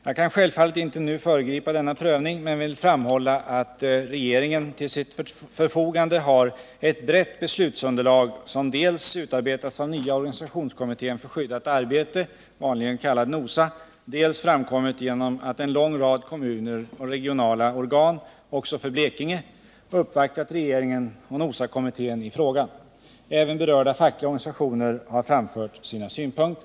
Jag kan självfallet inte nu föregripa denna prövning men vill framhålla att regeringen till sitt förfogande har ett brett beslutsunderlag som dels utarbetats av nya organisationskommittén för skyddat arbete , dels framkommit genom att en lång rad kommuner och regionala organ — också från Blekinge — uppvaktat regeringen och NOSA-kommittén i frågan. Även berörda fackliga organisationer har framfört sina synpunkter.